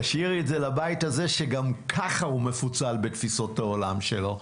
תשאירי את זה לבית הזה שגם ככה הוא מפוצל בתפיסות העולם שלו.